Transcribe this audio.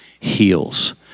heals